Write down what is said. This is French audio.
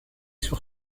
sur